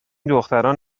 دختران